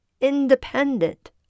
independent